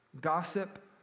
gossip